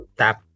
tap